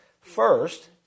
First